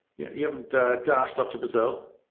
you haven't dashed off to brazil.